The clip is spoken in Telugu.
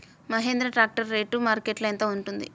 మహేంద్ర ట్రాక్టర్ రేటు మార్కెట్లో యెంత ఉంటుంది?